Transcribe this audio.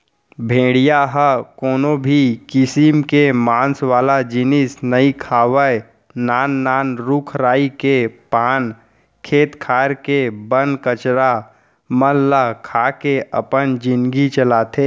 भेड़िया ह कोनो भी किसम के मांस वाला जिनिस नइ खावय नान नान रूख राई के पाना, खेत खार के बन कचरा मन ल खा के अपन जिनगी चलाथे